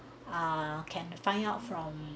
ah can find out from